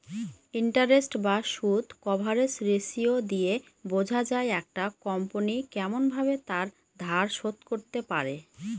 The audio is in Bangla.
ইন্টারেস্ট বা সুদ কভারেজ রেসিও দিয়ে বোঝা যায় একটা কোম্পনি কেমন ভাবে তার ধার শোধ করতে পারে